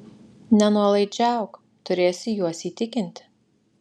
nenuolaidžiauk turėsi juos įtikinti